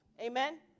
Amen